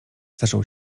zaczął